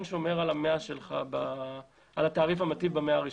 שומר על התעריף המתאים ב-100 הראשונים.